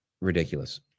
ridiculous